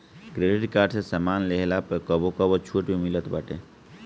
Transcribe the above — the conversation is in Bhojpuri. क्रेडिट कार्ड से सामान लेहला पअ कबो कबो छुट भी मिलत बाटे